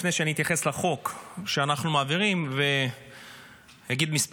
לפני שאתייחס לחוק שאנחנו מעבירים ואגיד כמה